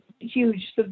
huge